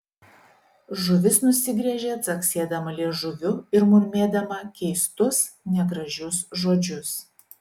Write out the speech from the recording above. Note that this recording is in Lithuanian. žuvis nusigręžė caksėdama liežuviu ir murmėdama keistus negražius žodžius